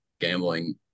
gambling